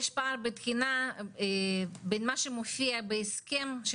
יש פער בתקינה בין מה שמופיע בהסכם של